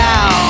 Now